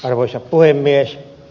arvoisa puhemies